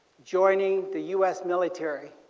joining the u s. military,